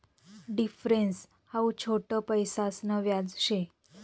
difference हाऊ छोट पैसासन व्याज शे